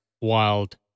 Wild